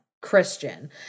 Christian